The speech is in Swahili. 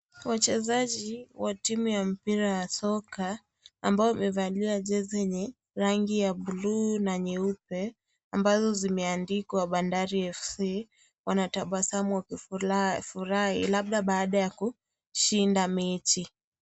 Wachezaji wa timu ya mpira ya soka ambao wamevalia jezi yenye rangi ya buluu na nyeupe ambazo zimeandikwa Bandari Fc wanatabasamu wakifurahi labda baada ya kushinda mechi.